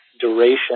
duration